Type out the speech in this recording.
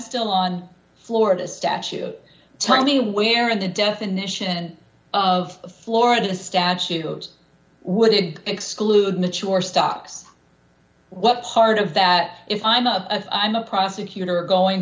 still on florida statute tell me where in the definition of florida statute goes would exclude mature stocks what part of that if i'm a i'm a prosecutor going